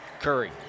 Curry